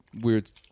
weird